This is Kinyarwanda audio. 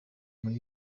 muri